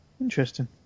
Interesting